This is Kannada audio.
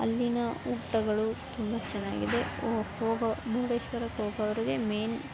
ಅಲ್ಲಿನ ಊಟಗಳು ತುಂಬ ಚೆನ್ನಾಗಿದೆ ಹೋಗೊ ಮುರುಡೇಶ್ವರಕ್ಕೆ ಹೋಗೋವ್ರಿಗೆ ಮೇಯ್ನ್